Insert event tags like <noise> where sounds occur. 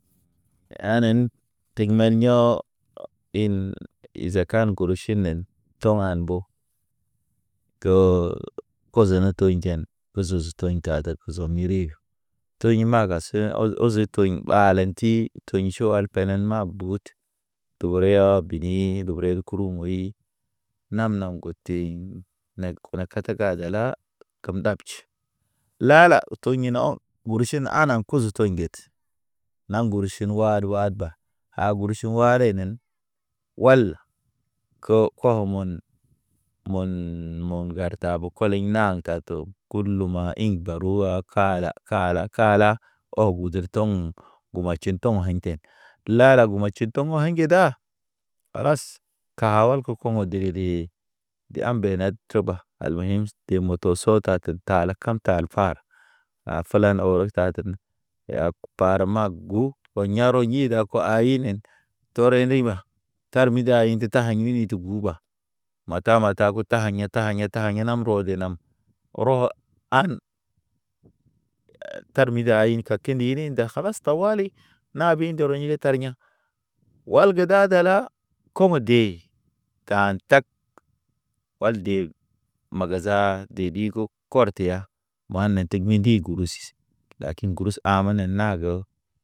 Teg men yo anan in izakan goro ʃinen, to an mbo. Go <hesitation> koz ana to njḛn guzuzu tɔɲ kad zomi rir. Toɲ maga se ozo toɲ ɓalenti toɲ ʃo al pelel ma butə. Togəro ya bini rubəre kuru muyi nam- nam goteɲ nek kuna kata gay dala, kem ndab je, la- la oto inɔn. Uru ʃini ana kuzu tɔy ŋget, naŋ ŋguru ʃin wayd wayd ba. A guru ʃu warenen wal ke kehomɔn. Mɔn- mɔn ŋgarta bo koliŋ na ŋgato kuluma ḭŋ baruha, kala kala kalaa. Ɔg guduru tɔŋ gumatʃen ha̰yten. La la gumatʃen tɔŋ ha̰yge da kalas ka walke kɔmo̰ dege dege. De ambened tuba al be yemsə. De moto sotaten tahal kam tahal fal, a fəlan orok tagten. Yag parə mag gu, o ya̰ro i da ko awinen tore ndiŋ ba, tar minde ay de taha̰y mini tə gu ba mata mata ku ta a̰ya- ta a̰ya nam ro de nam. Rɔ an tar mi dayin kakin iri nda kalas tawali, nabi ndoro jire tar ya̰. Wal ge da tala komo de tan tag, wal deg magaza dedi ko, kɔr teya. Man ne tegmi ndi guru sis, lakin gurus amanen naage.